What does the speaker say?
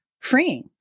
freeing